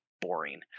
boring